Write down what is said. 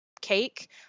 cake